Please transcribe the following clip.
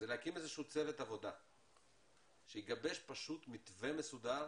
להקים איזשהו צוות עבודה שיגבש פשוט מתווה מסודר